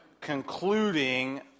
concluding